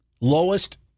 Lowest